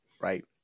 right